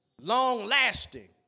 long-lasting